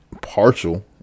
partial